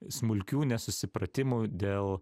smulkių nesusipratimų dėl